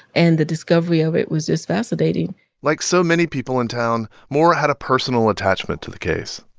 and the discovery of it was just fascinating like so many people in town, moore had a personal attachment to the case.